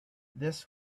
this